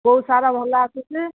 କୋଉ ସାରା ଭଲ ଆସୁଛି